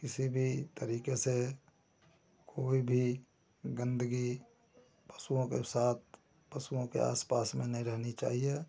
किसी भी तरीके से कोई भी गंदगी पशुओं के साथ पशुओं के आस पास में नहीं रहनी चाहिए